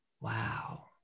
Wow